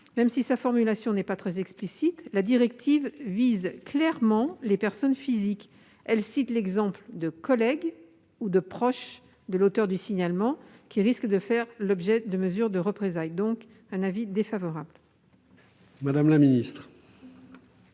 Même si sa formulation n'est pas très explicite, la directive vise clairement les personnes physiques : elle cite l'exemple de collègues ou de proches de l'auteur du signalement, qui risquent de faire l'objet de mesures de représailles. Quel est l'avis du Gouvernement